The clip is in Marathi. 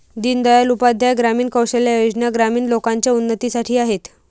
दीन दयाल उपाध्याय ग्रामीण कौशल्या योजना ग्रामीण लोकांच्या उन्नतीसाठी आहेत